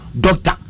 doctor